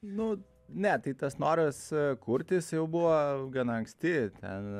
nu ne tai tas noras kurt jis jau buvo gana anksti ten